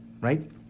right